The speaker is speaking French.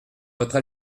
votre